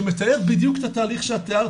שמתאר בדיוק את התהליך שאת תיארת,